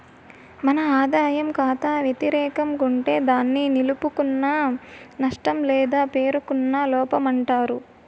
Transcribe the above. మన ఆదాయ కాతా వెతిరేకం గుంటే దాన్ని నిలుపుకున్న నష్టం లేదా పేరుకున్న లోపమంటారు